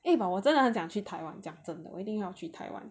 eh but 我真的很想去 Taiwan 讲真的我一定要去 Taiwan